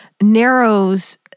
narrows